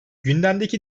gündemdeki